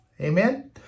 amen